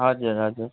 हजुर हजुर